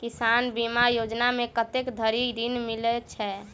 किसान बीमा योजना मे कत्ते धरि ऋण मिलय छै?